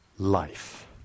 Life